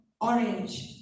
orange